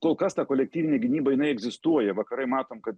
kol kas ta kolektyvinė gynyba jinai egzistuoja vakarai matom kad